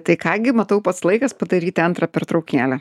tai ką gi matau pats laikas padaryti antrą pertraukėlę